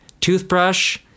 toothbrush